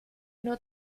nur